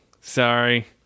Sorry